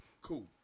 Cool